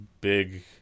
big